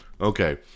Okay